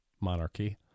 monarchy